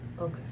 Okay